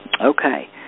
Okay